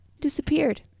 disappeared